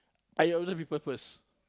I observe people first